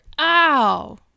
ow